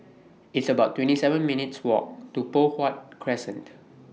It's about twenty seven minutes' Walk to Poh Huat Crescent